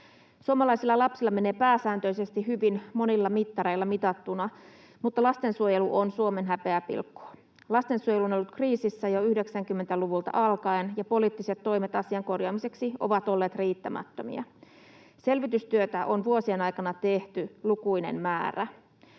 Suomalaisilla lapsilla menee pääsääntöisesti hyvin monilla mittareilla mitattuna, mutta lastensuojelu on Suomen häpeäpilkku. Lastensuojelu on ollut kriisissä jo 90-luvulta alkaen, ja poliittiset toimet asian korjaamiseksi ovat olleet riittämättömiä. Selvitystyötä on vuosien aikana tehty lukuinen määrä.